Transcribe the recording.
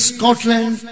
Scotland